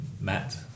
Matt